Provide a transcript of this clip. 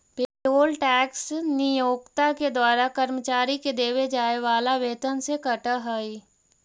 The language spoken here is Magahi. पेरोल टैक्स नियोक्ता के द्वारा कर्मचारि के देवे जाए वाला वेतन से कटऽ हई